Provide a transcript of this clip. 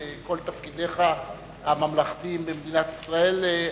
גם בכל תפקידיך הממלכתיים במדינת ישראל.